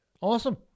Awesome